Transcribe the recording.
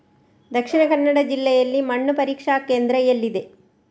ದಕ್ಷಿಣ ಕನ್ನಡ ಜಿಲ್ಲೆಯಲ್ಲಿ ಮಣ್ಣು ಪರೀಕ್ಷಾ ಕೇಂದ್ರ ಎಲ್ಲಿದೆ?